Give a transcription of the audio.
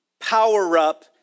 power-up